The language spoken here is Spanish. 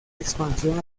expansión